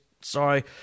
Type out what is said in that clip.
Sorry